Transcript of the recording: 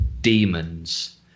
demons